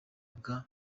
bwa